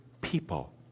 people